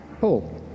Paul